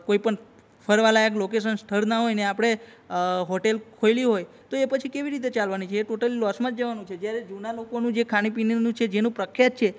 કોઈપણ ફરવાલાયક લોકેસન સ્થળ ના હોયને આપણે હોટેલ ખોલી હોય તો એ પછી કેવી રીતે ચાલવાની છે એ ટોટલ લોસમાં જ જવાનું છે જ્યારે જૂના લોકોનું જે ખાણીપીણીનું છે જેનું પ્રખ્યાત છે